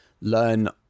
learn